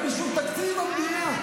זה רק באישור תקציב המדינה.